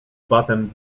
batem